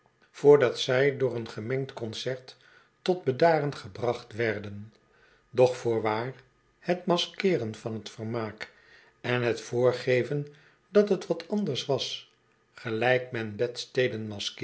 zij door een gemengd concert tot bedaren gebracht werden doch voorwaar het maskeren van t vermaak en het voorgeven dat het wat anders was gelijk men bedsteden